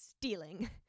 stealing